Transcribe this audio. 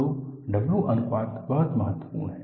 तो W अनुपात बहुत महत्वपूर्ण है